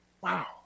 Wow